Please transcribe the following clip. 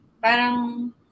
Parang